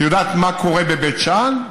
את יודעת מה קורה בבית שאן?